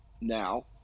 now